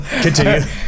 continue